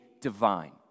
divine